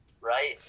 Right